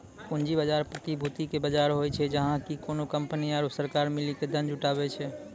पूंजी बजार, प्रतिभूति के बजार होय छै, जहाँ की कोनो कंपनी आरु सरकार मिली के धन जुटाबै छै